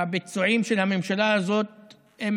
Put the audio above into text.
הביצועים של הממשלה הזאת הם